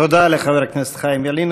תודה לחבר הכנסת חיים ילין.